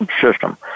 system